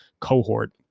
cohort